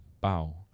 Bow